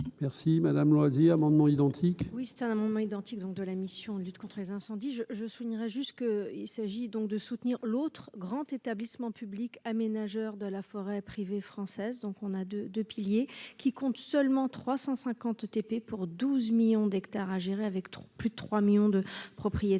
Merci Madame Loisy amendements identiques. Oui, c'est un amendement identique, donc de la Mission de lutte contre les incendies, je, je soulignerai juste qu'il s'agit donc de soutenir l'autre grand Établissement public aménageur de la forêt privée française, donc on a 2 2 piliers qui compte seulement 350 ETP pour 12 millions d'hectares à gérer avec trop, plus de 3 millions de propriétaires